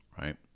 right